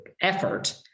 effort